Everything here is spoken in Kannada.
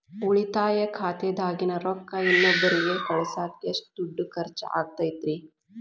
ಉಳಿತಾಯ ಖಾತೆದಾಗಿನ ರೊಕ್ಕ ಇನ್ನೊಬ್ಬರಿಗ ಕಳಸಾಕ್ ಎಷ್ಟ ದುಡ್ಡು ಖರ್ಚ ಆಗ್ತೈತ್ರಿ?